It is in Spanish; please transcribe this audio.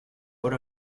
obra